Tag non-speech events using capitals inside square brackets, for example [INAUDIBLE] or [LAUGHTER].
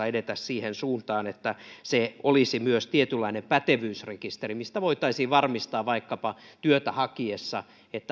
[UNINTELLIGIBLE] edetä siihen suuntaan että se olisi myös tietynlainen pätevyysrekisteri mistä voitaisiin varmistaa vaikkapa työtä hakiessa